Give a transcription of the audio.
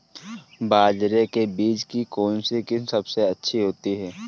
बाजरे के बीज की कौनसी किस्म सबसे अच्छी होती है?